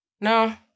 No